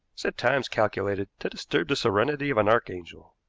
was at times calculated to disturb the serenity of an archangel.